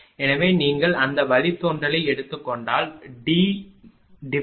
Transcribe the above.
எனவே நீங்கள் அந்த வழித்தோன்றலை எடுத்துக் கொண்டால் ddθ Irsin Ixcos